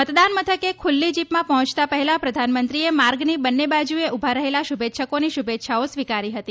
મતદાન મથકે ખુલ્લી જીપમાં પહોંચતા પહેલા પ્રધાનમંત્રીએ માર્ગની બંને બાજુએ ઉભા રહેલા શુભેચ્છકોની શુભેચ્છાઓ સ્વીકારી હતી